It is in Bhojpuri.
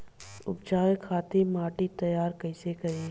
उपजाये खातिर माटी तैयारी कइसे करी?